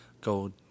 go